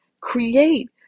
Create